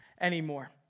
anymore